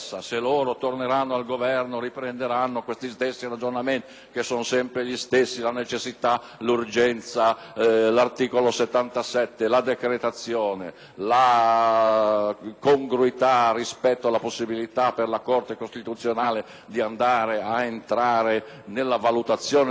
che sono sempre gli stessi: la necessità, l'urgenza, l'articolo 77, la decretazione, la congruità rispetto alla possibilità per la Corte costituzionale di entrare nella valutazione dei requisiti, l'enorme numero di decreti, la fiducia;